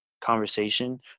conversation